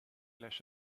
leis